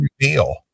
reveal